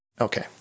Okay